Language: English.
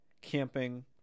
camping